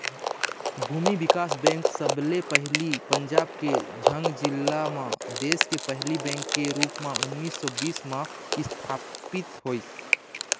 भूमि बिकास बेंक सबले पहिली पंजाब के झंग जिला म देस के पहिली बेंक के रुप म उन्नीस सौ बीस म इस्थापित होइस